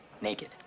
naked